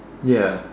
ya